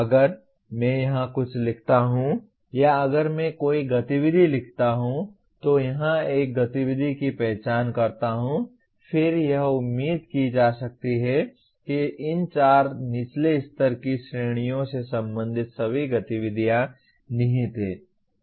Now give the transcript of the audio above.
अगर मैं यहाँ कुछ लिखता हूँ या अगर मैं कोई गतिविधि लिखता हूँ तो यहाँ एक गतिविधि की पहचान करता हूँ फिर यह उम्मीद की जा सकती है कि इन चार निचले स्तर की श्रेणियों से संबंधित सभी गतिविधियाँ निहित हैं